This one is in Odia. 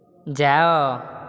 ଯାଅ